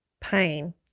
pain